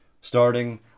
Starting